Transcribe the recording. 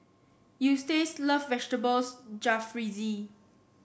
Eustace love Vegetables Jalfrezi